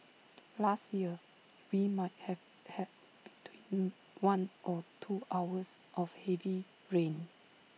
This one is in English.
last year we might have had between one or two hours of heavy rain